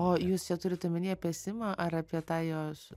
o jūs čia turit omenyje apie simą ar apie tą jos